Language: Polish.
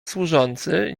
służący